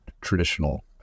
traditional